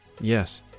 Yes